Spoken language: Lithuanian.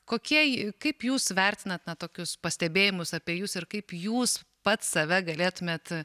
kokiej kaip jūs vertinat na tokius pastebėjimus apie jus ir kaip jūs pats save galėtumėt